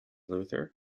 luther